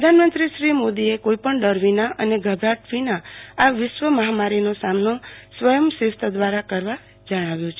પ્રધાનમંત્રો શ્રી મોદોએ કોઈ પણ ડર વિના અને ગભરાટ વિના આ વિશ્વ મહામારીનો સામનો સ્વય શિસ્ત દવારા કરવામાં જણાવ્યું છ